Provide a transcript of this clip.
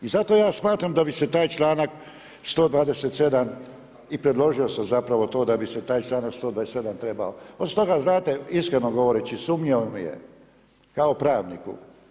I zato ja smatram da bi se taj članak 127. i predložio sam zapravo to da bi se taj članak 127. trebao, osim toga znate, iskreno govoreći, sumnjivo mi je kao pravniku.